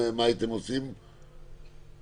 אתה לא חייב לענות.